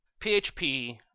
PHP